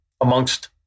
amongst